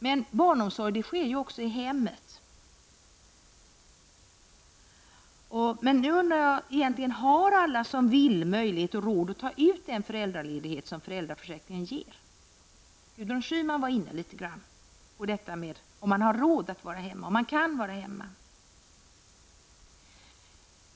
Men barnomsorg sker ju också i hemmet. Har alla som vill möjlighet och råd att ta ut den föräldraledighet som föräldraförsäkringen ger? Gudrun Schyman var inne på detta, om man har råd att vara hemma, om man kan vara hemma.